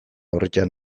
orritan